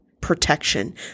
protection